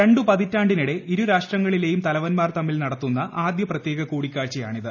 രണ്ട് പതിറ്റാണ്ടിനിടെ ഇരുരാഷ്ട്രങ്ങളിലേയും തലവന്മാർ തമ്മിൽ നടത്തുന്ന ആദ്യ പ്രത്യേക കൂടിക്കാഴ്ചയാണിത്